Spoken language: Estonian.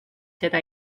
seda